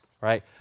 right